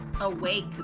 awake